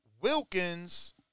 Wilkins